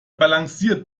balanciert